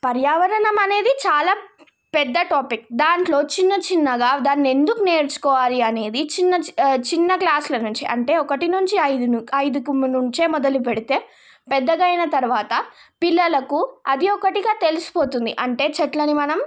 పర్యావరణం అనేది చాలా పెద్ద టాపిక్ దాంట్లో చిన్న చిన్నగా దానిని ఎందుకు నేర్చుకోవాలి అనేది చిన్న చిన్న క్లాస్ల నుంచి అంటే ఒకటి నుంచి ఐదు ఐదుకు నుంచే మొదలు పెడితే పెద్దగయిన తరువాత పిల్లలకు అది ఒకటిగా తెలిసిపోతుంది అంటే చెట్లని మనం